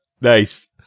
Nice